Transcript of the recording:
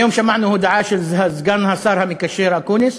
היום שמענו הודעה של סגן השר המקשר, אקוניס,